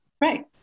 right